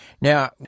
Now